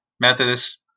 Methodist